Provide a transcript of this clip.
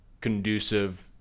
conducive